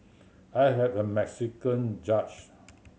I have a Mexican judge